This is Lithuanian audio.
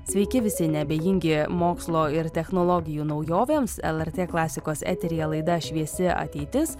sveiki visi neabejingi mokslo ir technologijų naujovėms lrt klasikos eteryje laida šviesi ateitis